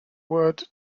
word